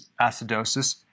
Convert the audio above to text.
acidosis